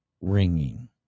ringing